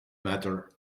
matter